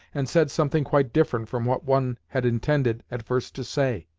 and said something quite different from what one had intended at first to say!